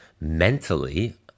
mentally